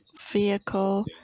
vehicle